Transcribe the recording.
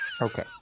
Okay